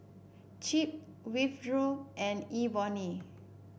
Chip Winthrop and Ebony